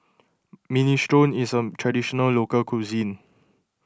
Minestrone is a Traditional Local Cuisine